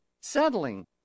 settling